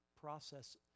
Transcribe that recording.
process